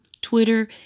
Twitter